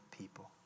people